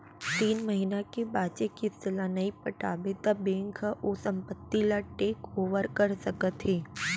तीन महिना के बांचे किस्त ल नइ पटाबे त बेंक ह ओ संपत्ति ल टेक ओवर कर सकत हे